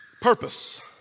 Purpose